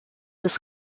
des